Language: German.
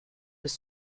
bis